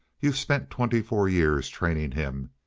you've spent twenty-four years training him.